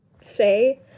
say